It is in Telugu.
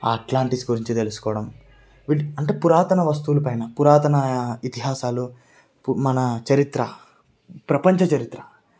ఆ అట్లాంటిస్ గురించి తెలుసుకోవడం అంటే పురాతన వస్తువులపైన పురాతన ఇతిహాసాలు మన చరిత్ర ప్రపంచ చరిత్ర